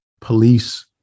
police